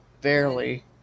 barely